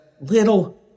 little